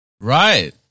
Right